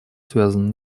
связана